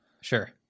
sure